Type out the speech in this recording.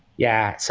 yeah. so